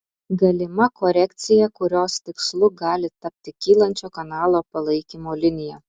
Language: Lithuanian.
galima korekcija kurios tikslu gali tapti kylančio kanalo palaikymo linija